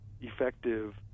effective